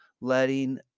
letting